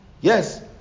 Yes